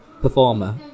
performer